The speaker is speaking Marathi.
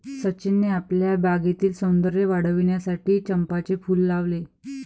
सचिनने आपल्या बागेतील सौंदर्य वाढविण्यासाठी चंपाचे फूल लावले